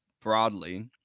broadly